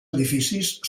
edificis